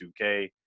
2K